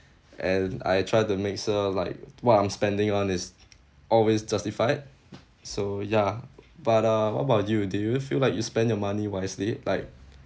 and I try to make sure like what I'm spending on is always justified so ya but uh what about you do you feel like you spend your money wisely like